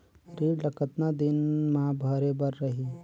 ऋण ला कतना दिन मा भरे बर रही?